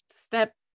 step